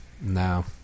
No